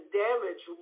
damage